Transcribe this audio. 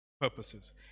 purposes